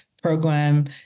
Program